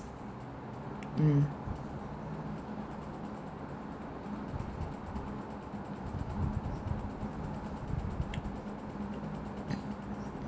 mm